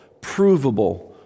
provable